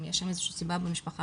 אם יש סיבה במשפחה,